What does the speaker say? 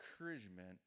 encouragement